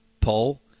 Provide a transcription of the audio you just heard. poll